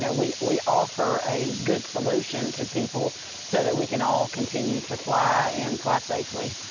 yeah we we offer a good solution to people so that we can all continue to fly and fly safely.